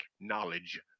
knowledge